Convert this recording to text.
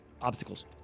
obstacles